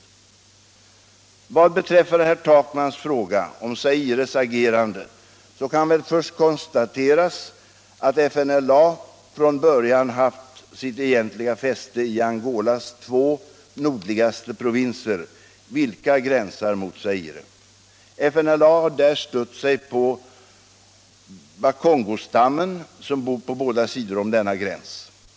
Tisdagen den Vad beträffar herr Takmans fråga om Zaires agerande så kan väl först 2 december 1975 konstateras att FNLA från början haft sitt egentliga fäste i Angolas två — nordligaste provinser, vilka gränsar mot Zaire. FNLA har där stött sig — Om svenska initiativ på bakongostammen som bor på båda sidor om denna gräns.